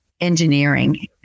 engineering